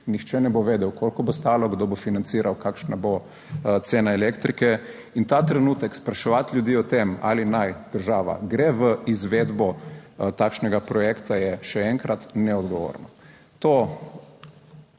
nihče ne bo vedel koliko bo stalo, kdo bo financiral, kakšna bo cena elektrike. In ta trenutek spraševati ljudi o tem, ali naj država gre v izvedbo takšnega projekta je še enkrat neodgovorno.